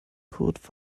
kurt